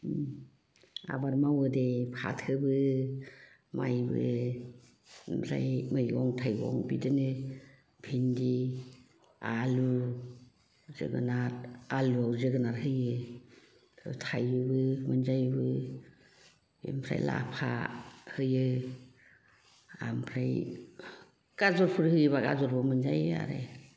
आबाद मावो दे फाथोबो माइबो ओमफ्राय मैगं थाइगं बिदिनो भिन्दि आलु जोगोनार आलुआव जोगोनार होयो थाइयोबो मोनजायोबो ओमफ्राय लाफा फोयो ओमफ्राय गाजरफोर होयोबा गाजरफोर मोनजायो आरो